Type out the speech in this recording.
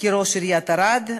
כראש עיריית ערד,